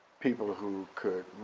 people who could.